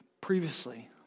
previously